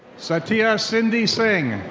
satya cindy singh.